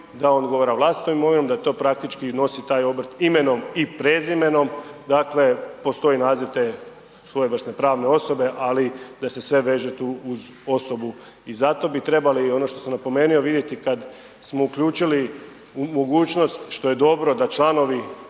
da je odgovora vlastitom imovinom, da to praktički nosi taj obrt imenom i prezimenom, dakle postoji naziv te svojevrsne pravne osobe ali da se sve veže tu uz osobu i zato bi trebali i ono što sam napomenuo, vidjeti kad smo uključili mogućnost što je dobro da članovi